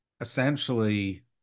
essentially